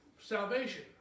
salvation